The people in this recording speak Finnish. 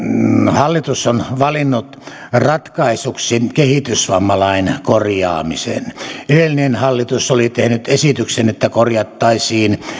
hallitus on valinnut ratkaisuksi kehitysvammalain korjaamisen edellinen hallitus oli tehnyt esityksen että korjattaisiin